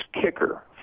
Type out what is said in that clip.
kicker